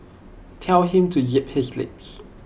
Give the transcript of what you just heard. tell him to zip his lips